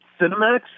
Cinemax